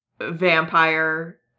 vampire